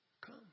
come